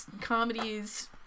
comedies